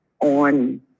on